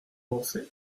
pensez